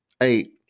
Eight